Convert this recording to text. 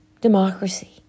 Democracy